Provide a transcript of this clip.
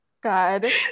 God